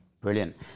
Brilliant